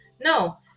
No